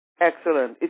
excellent